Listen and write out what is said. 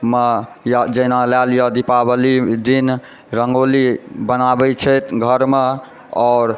मऽ या जेना लए लिअ दीपावली दिन रंगोली बनाबय छथि घरमे आओर